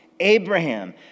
Abraham